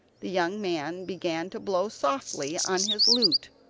the young man began to blow softly on his flute,